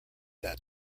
that